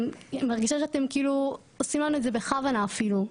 אני מרגישה שאתם כאילו עושים לנו את זה בכוונה אפילו,